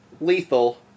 lethal